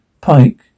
Pike